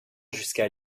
jusqu’à